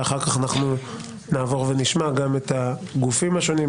ואחר כך אנחנו נעבור ונשמע גם את הגופים השונים,